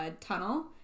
tunnel